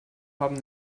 haben